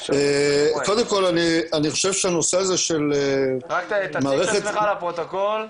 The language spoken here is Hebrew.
אני חושב שהנושא הזה של מערכת --- רק תציג את עצמך לפרוטוקול פרופ'